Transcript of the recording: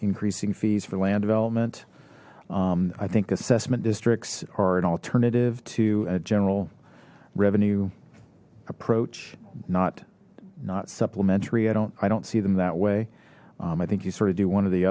increasing fees for land development i think assessment districts are an alternative to a general revenue approach not not supplementary i don't i don't see them that way i think you sort of do one of the